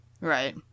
Right